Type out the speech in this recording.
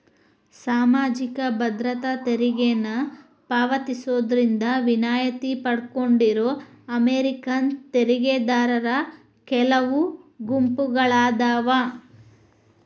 ಸಾಮಾಜಿಕ ಭದ್ರತಾ ತೆರಿಗೆನ ಪಾವತಿಸೋದ್ರಿಂದ ವಿನಾಯಿತಿ ಪಡ್ಕೊಂಡಿರೋ ಅಮೇರಿಕನ್ ತೆರಿಗೆದಾರರ ಕೆಲವು ಗುಂಪುಗಳಾದಾವ